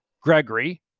Gregory